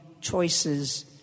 choices